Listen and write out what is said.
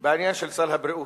בעניין סל הבריאות.